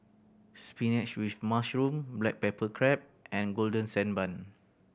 spinach with mushroom black pepper crab and Golden Sand Bun